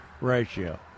ratio